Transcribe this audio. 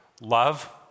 love